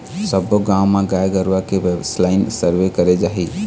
सब्बो गाँव म गाय गरुवा के बेसलाइन सर्वे करे जाही